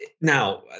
now